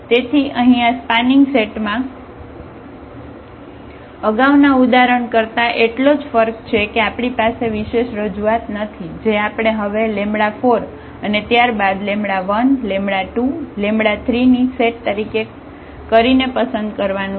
તેથી અહીં આ સ્પાનિંગ સેટ માં આગાઉના ઉદાહરણ કરતા એટલોજ ફર્ક છે કે આપણી પાસે વિશેષ રજૂઆત નથી જે આપણે હવે 4 અને ત્યારબાદ 1 2 3 ની સેટ તરીકે કરીને પસંદ કરવાનું છે